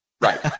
Right